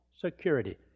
security